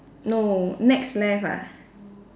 no next left ah